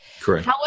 Correct